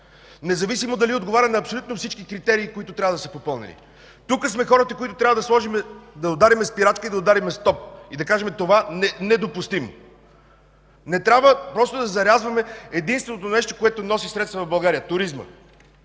независимо дали отговаря на абсолютно всички критерии, които трябва да са попълнени. Тук сме хората, които трябва да ударим спирачка и да ударим стоп, като кажем, че това е недопустимо! Не трябва да зарязваме единственото нещо, което носи средства в България – туризма.